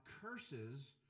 curses